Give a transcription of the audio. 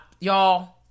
Y'all